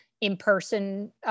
in-person